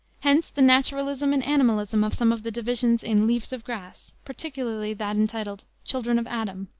hence the naturalism and animalism of some of the divisions in leaves of grass, particularly that entitled children of adam,